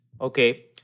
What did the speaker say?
Okay